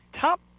Top